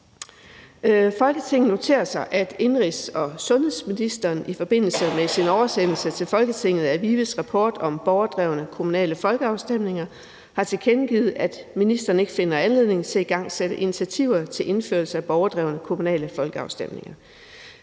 »Folketinget noterer sig, at indenrigs- og sundhedsministeren i forbindelse med sin oversendelse til Folketinget af VIVE's rapport om borgerdrevne kommunale folkeafstemninger har tilkendegivet, at ministeren ikke finder anledning til at igangsætte initiativer til indførelse af borgerdrevne kommunale folkeafstemninger.